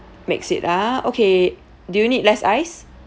mix it ah okay do you need less ice